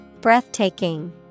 Breathtaking